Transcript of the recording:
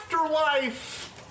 afterlife